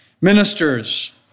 Ministers